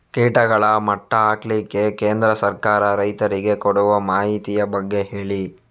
ಕೀಟಗಳ ಮಟ್ಟ ಹಾಕ್ಲಿಕ್ಕೆ ಕೇಂದ್ರ ಸರ್ಕಾರ ರೈತರಿಗೆ ಕೊಡುವ ಮಾಹಿತಿಯ ಬಗ್ಗೆ ಹೇಳಿ